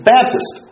Baptist